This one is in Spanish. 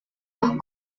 los